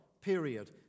Period